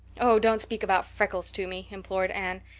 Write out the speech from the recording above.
oh, don't speak about freckles to me, implored anne.